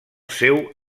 seu